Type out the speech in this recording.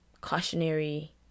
cautionary